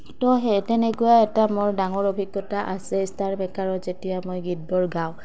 তো সেই তেনেকুৱা এটা মোৰ ডাঙৰ অভিজ্ঞতা আছে ষ্টাৰমেকাৰত যেতিয়া মই গীতবোৰ গাওঁ